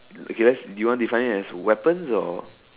okay you want to define it as weapons or